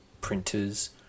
printers